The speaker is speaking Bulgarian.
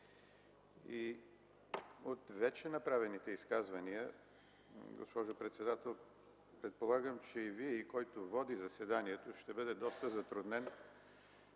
От вече направените изказвания, госпожо председател, предполагам, че и Вие, и който води заседанието ще бъде доста затруднен